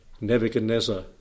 Nebuchadnezzar